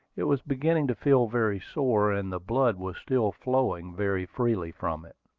it was beginning to feel very sore, and the blood was still flowing very freely from it.